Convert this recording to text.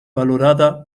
valorada